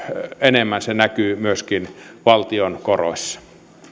enemmän se näkyy myöskin valtion koroissa